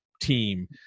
team